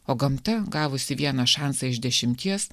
o gamta gavusi vieną šansą iš dešimties